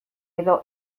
edo